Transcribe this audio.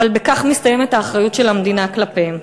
אבל בכך מסתיימת האחריות של המדינה כלפיהם.